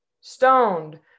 stoned